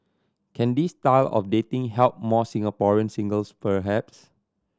can this style of dating help more Singaporean singles perhaps